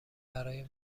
برای